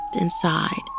inside